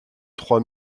trois